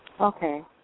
Okay